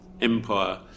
Empire